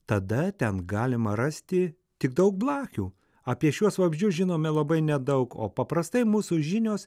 tada ten galima rasti tik daug blakių apie šiuos vabzdžius žinome labai nedaug o paprastai mūsų žinios